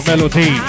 Melody